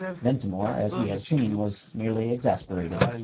ventimore, as we have seen, was merely exasperated.